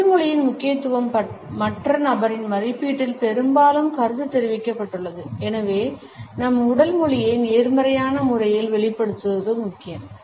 உடல் மொழியின் முக்கியத்துவம் மற்ற நபரின் மதிப்பீட்டில் பெரும்பாலும் கருத்து தெரிவிக்கப்பட்டுள்ளது எனவே நம் உடல் மொழியை நேர்மறையான முறையில் வெளிப்படுத்துவது முக்கியம்